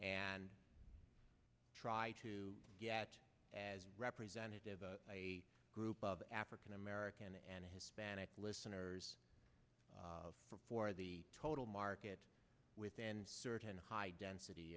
and try to get as representative a group of african american and hispanic listeners before the total market with certain high density